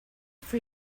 for